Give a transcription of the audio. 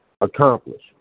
accomplish